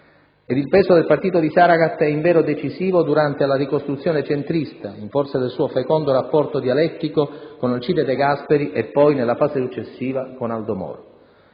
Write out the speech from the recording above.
Ed il peso del partito di Saragat è invero decisivo durante la ricostruzione centrista, in forza del suo fecondo rapporto dialettico con Alcide De Gasperi e poi, nella fase successiva, con Aldo Moro.